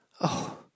Oh